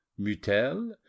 Mutel